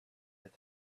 that